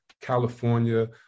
California